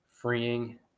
freeing